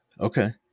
Okay